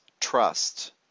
trust